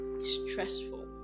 stressful